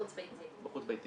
בחוץ ביתי.